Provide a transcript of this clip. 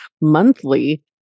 monthly